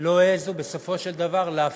הן לא העזו בסופו של דבר להפקיד